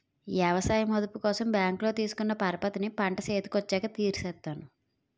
ఎవసాయ మదుపు కోసం బ్యాంకులో తీసుకున్న పరపతిని పంట సేతికొచ్చాక తీర్సేత్తాను